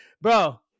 bro